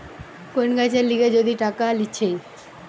কোন কাজের লিগে যদি টাকা লিছে